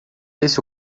esse